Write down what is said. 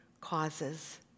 causes